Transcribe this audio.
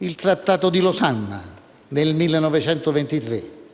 il trattato di Losanna nel 1923,